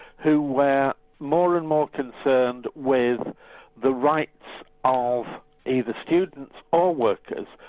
who were more and more concerned with the rights of either students or workers,